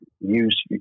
use